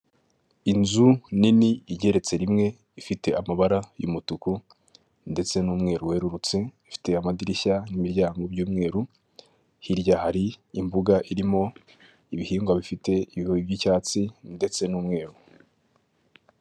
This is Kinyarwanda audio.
Inzu nini igeretse rimwe ifite amabara y'umutuku ndetse n'umweru werurutse, ifite amadirishya n'imiryango by'umweru hirya hari imbuga irimo ibihingwa bifite ibi by'icyatsi ndetse n'umweru.